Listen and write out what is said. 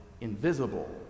invisible